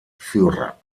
führer